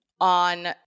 on